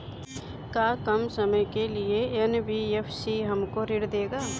का कम समय के लिए एन.बी.एफ.सी हमको ऋण देगा?